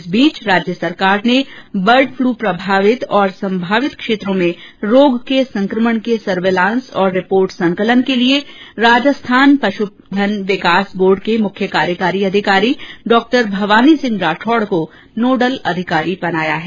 इस बीच राज्य सरकार ने बर्ड फ्लू प्रभावित और संभावित क्षेत्र में रोग के संकमण के सर्विलान्स और रिपोर्ट संकलन के लिए राजस्थान पशुधन विकास बोर्ड के मुख्य कार्यकारी अधिकारी डॉ भवानी सिंह राठौड़ को नोडल अधिकारी बनाया है